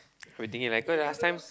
we were thinking like cause last time